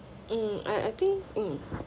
mm I I think mm